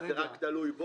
מה, זה רק תלוי בו?